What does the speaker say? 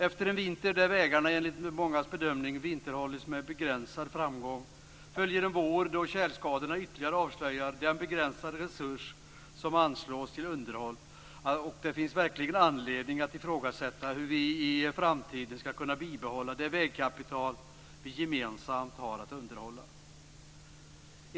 Efter en vinter då vägarna enligt mångas bedömning vinterhållits med begränsad framgång följer en vår då tjälskadorna ytterligare avslöjar den begränsade resurs som anslås till underhåll. Det finns verkligen anledning att ifrågasätta hur vi i framtiden skall kunna bibehålla det vägkapital som vi gemensamt har att underhålla.